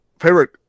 favorite